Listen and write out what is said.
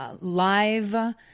live